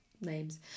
names